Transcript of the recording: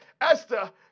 Esther